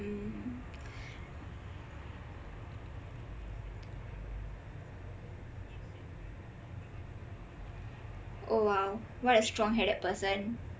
oh !wow! what a strong headed person